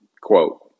quote